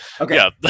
okay